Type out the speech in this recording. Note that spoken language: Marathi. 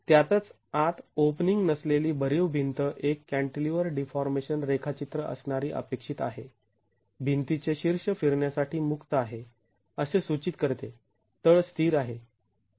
तर त्यातच आत ओपनिंग नसलेली भरीव भिंत एक कॅण्टिलीवर डीफॉर्मेशन रेखाचित्र असणारी अपेक्षित आहे भिंतीचे शीर्ष फिरण्यासाठी मुक्त आहे असे सूचित करते तळ स्थिर आहे